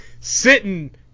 sitting